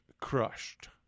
crushed